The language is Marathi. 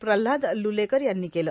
प्रल्हाद लुलेकर यांनी केले